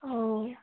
অঁ